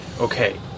okay